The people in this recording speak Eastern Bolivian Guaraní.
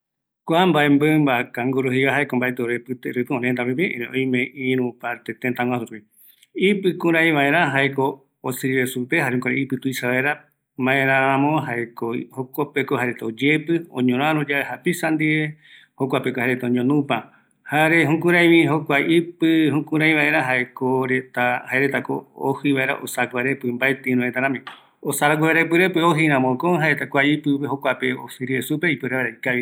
﻿Oimeko irü mimba reta, i rupi oikovavi, mbaeti jevaeño komo yaerami, jare oimevi por ejemplo kua karumbe reta jae oime irupigua, oimevi mboireta irupiguavi, oimevi teyuguaju yae supeva, ani iguana jei supe retava, oime jokua irupi jokuaretava oikova, jokogui oime irü guira reta ipuere irupi ojo, erei mbaetima oiko koropi, okaru vaeraño jokua reta yoguiraja, mbaeti oikoete o iyivite rupi